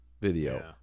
video